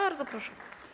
Bardzo proszę.